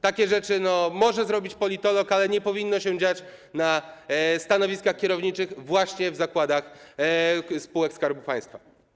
Takie rzeczy może zrobić politolog, ale nie powinno tak się dziać na stanowiskach kierowniczych właśnie w zakładach spółek Skarbu Państwa.